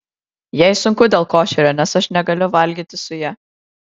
jai sunku dėl košerio nes aš negaliu valgyti su ja